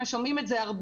אנחנו שומעים את זה הרבה.